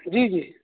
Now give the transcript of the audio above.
جی جی